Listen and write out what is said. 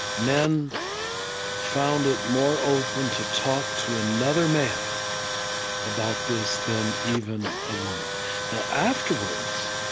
men found it more open to talk to another man about this than even a woman now afterwards,